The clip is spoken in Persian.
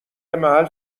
محل